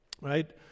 right